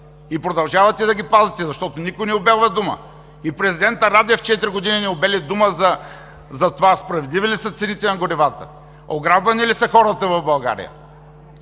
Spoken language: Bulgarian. и продължавате да ги пазите, защото никой не обелва дума! И президентът Радев четири години не обели дума за това справедливи ли са цените на горивата, ограбвани ли са хората в България!